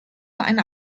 einer